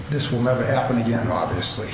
this will never happen again obviously